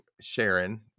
Sharon